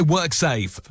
WorkSafe